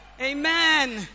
Amen